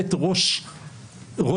למעט ראש סיעה,